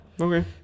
okay